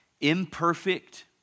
imperfect